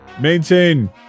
Maintain